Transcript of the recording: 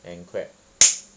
and clap